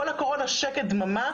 כל הקורונה היה שקט דממה,